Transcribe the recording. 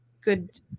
good